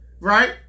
right